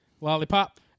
lollipop